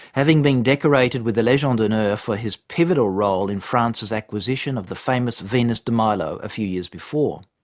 having been decorated with the legion d'honneur for his pivotal role in france's acquisition of the famous venus de milo a few years before.